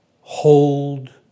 hold